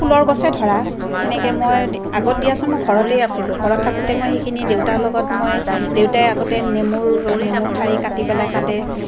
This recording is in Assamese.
ফুলৰ গছে ধৰা সেনেকে মই আগত দিয়াচোন মই ঘৰতেই আছিলোঁ ঘৰত থাকোঁতে মই সেইখিনি দেউতাৰ লগত মই দেউতাই আগতে নেমুৰ নেমু ঠাৰি কাটি পেলাই তাতে